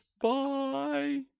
Bye